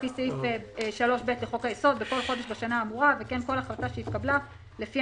לפי סעיף 3ב לחוק היסוד בכל חודש בשנה האמורה וכן כל החלטה שהתקבלה לפי